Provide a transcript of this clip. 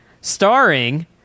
starring